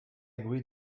agree